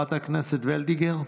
חברת הכנסת וולדיגר,